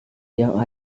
yang